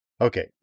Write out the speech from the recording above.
Okay